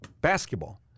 basketball